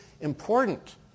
important